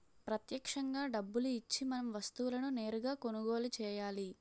ప్రత్యక్షంగా డబ్బులు ఇచ్చి మనం వస్తువులను నేరుగా కొనుగోలు చేయాలి